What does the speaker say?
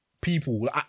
People